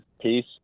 peace